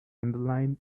underline